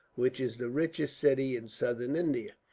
which is the richest city in southern india.